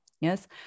Yes